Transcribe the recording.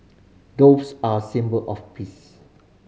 doves are a symbol of peace